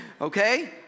Okay